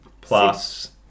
plus